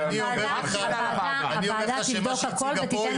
-- אני אומר לך שלפי מה שהיא הציגה פה,